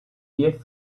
diez